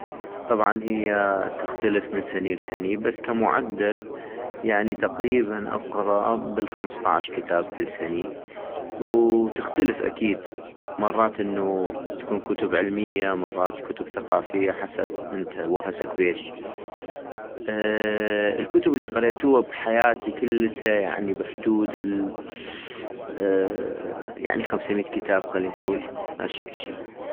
طبعا هي تختلف من سني لسني بس كمعدل يعني تقريبا اقرا بالخمصطعش كتاب كل سني - وتختلف اكيد مرات انوو تكون كتب علمية مرات كتب ثقافية حسب انت وهسك بيش - ااا الكتب الي قريتوها بحياتي كلتا يعني بحدود ال خمسميت كتاب خلي نقول هشكل شي